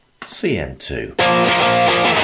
CM2